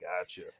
gotcha